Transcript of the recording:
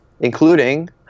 including